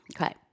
okay